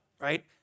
right